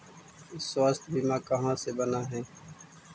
स्वास्थ्य बीमा कहा से बना है?